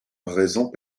raisons